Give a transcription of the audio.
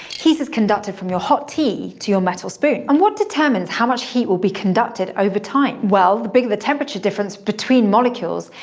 heat is conducted from your hot tea to your metal spoon. and what determines how much heat will be conducted over time? well, the bigger the temperature difference between molecules,